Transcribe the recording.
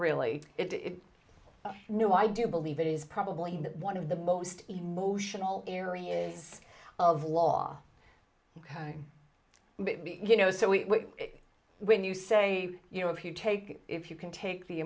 really it no i do believe it is probably one of the most emotional areas of law but you know so we when you say you know if you take if you can take the